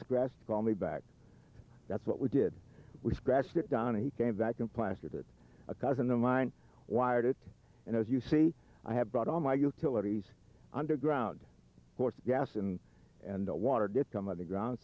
scratched call me back that's what we did we scratched it down and he came back and plastered it a cousin of mine wired it and as you see i have brought all my utilities underground course gas and and water did come on the ground